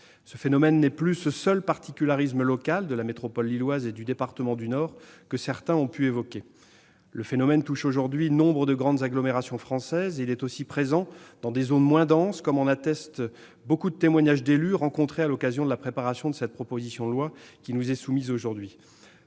Ce phénomène n'est plus ce seul particularisme local de la métropole lilloise et du département du Nord que certains ont pu évoquer. Il touche aujourd'hui nombre de grandes agglomérations françaises, mais aussi des zones moins denses, comme en attestent les témoignages de nombreux élus rencontrés dans le cadre de la préparation de la proposition de loi qui nous est soumise aujourd'hui.